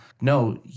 no